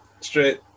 straight